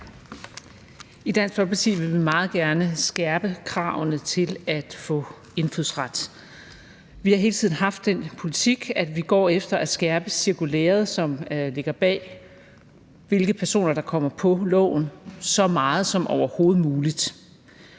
I Dansk Folkeparti vil vi meget gerne skærpe kravene til at få indfødsret. Vi har hele tiden haft den politik, at vi går efter at skærpe cirkulæret, som ligger bag, hvilke personer der kommer på loven, så meget som overhovedet muligt,